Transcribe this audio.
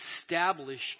establish